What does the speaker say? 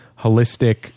holistic